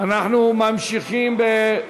אם כן,